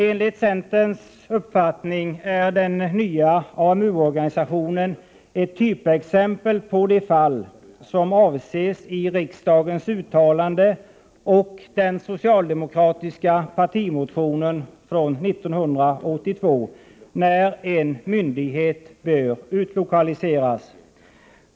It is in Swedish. Enligt centerns uppfattning är den nya AMU-organisationen ett typexempel på vad som avses i riksdagens uttalande om — och den socialdemokratiska partimotionen från 1982 — när en myndighet bör utlokaliseras.